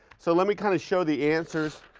so let me kind of show the answers.